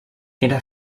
era